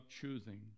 choosing